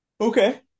Okay